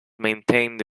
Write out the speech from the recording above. maintained